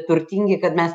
turtingi kad mes